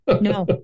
No